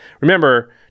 Remember